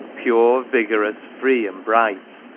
pure, vigorous, free, and bright,